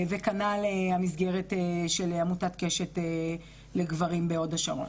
וכנ"ל המסגרת של עמותת קשת לגברים בהוד השרון.